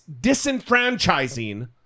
disenfranchising